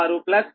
95 p